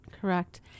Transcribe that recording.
correct